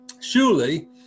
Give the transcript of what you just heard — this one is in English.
Surely